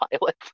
pilot